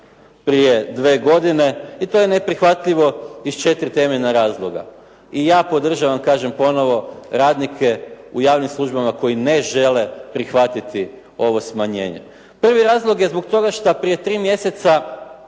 prije dvije godine i to je neprihvaljivo iz četiri temeljna razloga. I ja podržavam, kažem ponovo, radnike u javnim službama koji ne žele prihvatiti ovo smanjenje. Prvi razlog je zbog toga što prije tri mjeseca